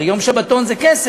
הרי יום שבתון זה כסף.